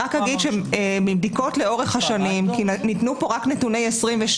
רק אגיד שמבדיקות לאורך השנים כי ניתנו פה רק נתוני 2022